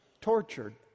Tortured